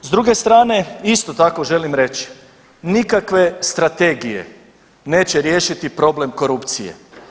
S druge strane isto tako želim reći nikakve strategije neće riješiti problem korupcije.